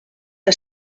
que